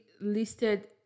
listed